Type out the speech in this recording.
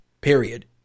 period